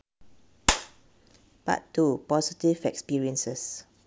part two positive experiences